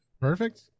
Perfect